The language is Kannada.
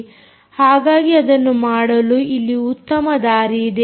ಹಾಗಾಗಿ ಅದನ್ನು ಮಾಡಲು ಇಲ್ಲಿ ಉತ್ತಮ ದಾರಿಯಿದೆ